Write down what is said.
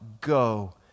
Go